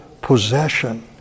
possession